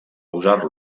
usar